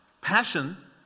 passion